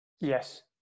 Yes